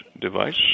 device